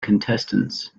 contestants